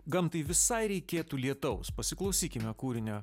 gamtai visai reikėtų lietaus pasiklausykime kūrinio